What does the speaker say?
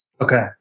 Okay